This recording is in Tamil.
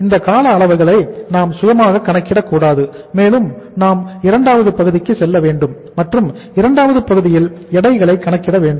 இந்த கால அளவுகளை நாம் சுயமாக கணக்கிட கூடாது மேலும் நாம் இரண்டாவது பகுதிக்கு செல்ல வேண்டும் மற்றும் இரண்டாவது பகுதியில் எடைகளை கணக்கிடவேண்டும்